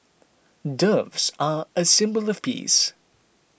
doves are a symbol of the peace